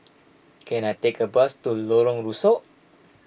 can I take a bus to Lorong Rusuk